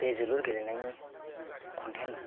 बे जोलुर गेलेनायनि कन्टेन